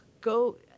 go